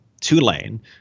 Tulane